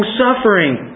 suffering